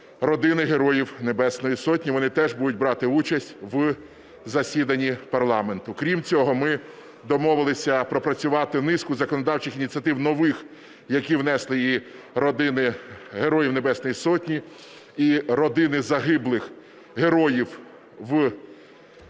родини Героїв Небесної Сотні, вони теж будуть брати участь в засіданні парламенту. Крім цього, ми домовилися пропрацювати низку законодавчих ініціатив нових, які внесли і родини Героїв Небесної Сотні, і родини загиблих Героїв у війні.